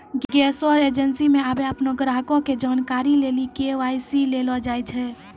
गैसो एजेंसी मे आबे अपनो ग्राहको के जानकारी लेली के.वाई.सी लेलो जाय छै